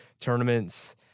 tournaments